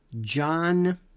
John